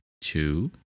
two